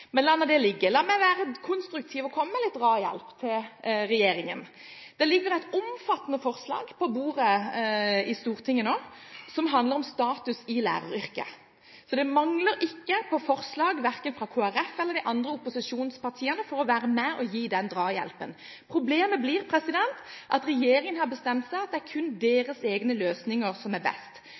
Men la det ligge. La meg være konstruktiv og komme med litt drahjelp til regjeringen. Det ligger et omfattende forslag på bordet i Stortinget nå, som handler om status i læreryrket, så det mangler ikke på forslag verken fra Kristelig Folkeparti eller de andre opposisjonspartiene for å være med og gi den drahjelpen. Problemet blir at regjeringen har bestemt seg for at det kun er deres egne løsninger som er best.